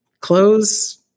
clothes